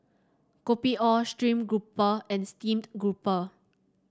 Kopi O stream grouper and Steamed Grouper